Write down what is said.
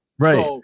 Right